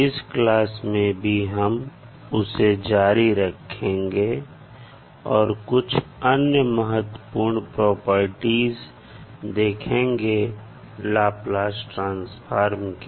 इस क्लास में भी हम उसे जारी रखेंगे और कुछ अन्य महत्वपूर्ण प्रॉपर्टीज देखेंगे लाप्लास ट्रांसफार्म की